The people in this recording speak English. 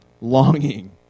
longing